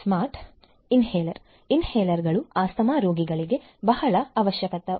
smart inhaler ಇನ್ಹೇಲರ್ಗಳು asthma ರೋಗಿಗಳಿಗೆ ಬಹಳ ಅವಶ್ಯಕವಾಗಿದೆ